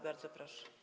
Bardzo proszę.